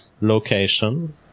location